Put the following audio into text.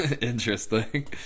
Interesting